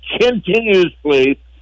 continuously